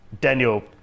Daniel